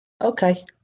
Okay